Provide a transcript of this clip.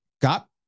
got